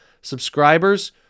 subscribers